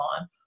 on